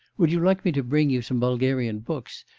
would you like me to bring you some bulgarian books?